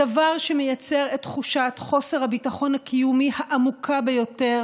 הדבר שמייצר את תחושת חוסר הביטחון הקיומי העמוקה ביותר